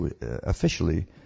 officially